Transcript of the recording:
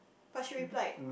but she replied